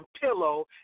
pillow